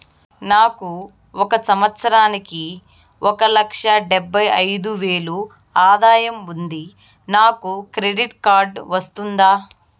నాకు ఒక సంవత్సరానికి ఒక లక్ష డెబ్బై అయిదు వేలు ఆదాయం ఉంది నాకు క్రెడిట్ కార్డు వస్తుందా?